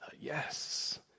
Yes